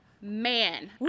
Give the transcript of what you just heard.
man